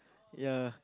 ya